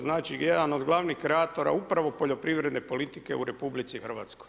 Znači jedan od glavnih kreatora upravo poljoprivredne politike u RH.